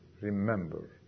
Remember